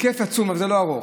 זה לא ארוך.